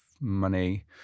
money